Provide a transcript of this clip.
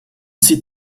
sit